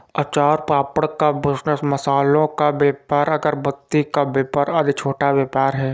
अचार पापड़ का बिजनेस, मसालों का व्यापार, अगरबत्ती का व्यापार आदि छोटा व्यापार है